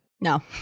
No